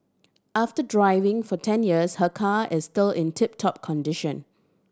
after driving for ten years her car is still in tip top condition